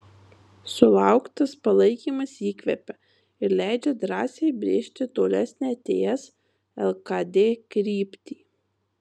sulauktas palaikymas įkvepia ir leidžia drąsiai brėžti tolesnę ts lkd kryptį